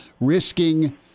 risking –